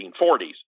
1940s